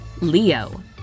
Leo